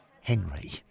Henry